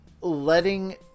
letting